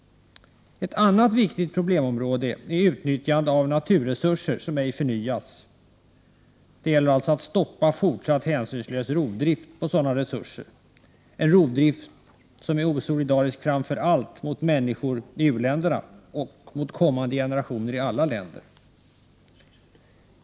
Ett annat viktigt problemområde är frågan om utnyttjande av naturresurser som ej förnyas. Det gäller alltså att stoppa fortsatt hänsynslös rovdrift på sådana resurser, en rovdrift som är osolidarisk framför allt mot människor i u-länder och mot kommande generationer i alla länder.